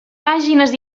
pàgines